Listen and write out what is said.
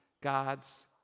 God's